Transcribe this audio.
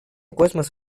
космос